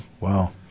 Wow